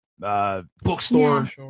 Bookstore